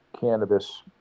cannabis